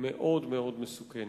מאוד-מאוד מסוכנת.